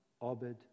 Obed